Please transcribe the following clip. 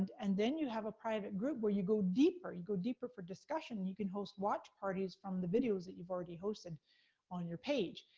and and then you have a private group, where you go deeper, you go deeper for discussion, you can host watch parties from the videos that you've already hosted on your page.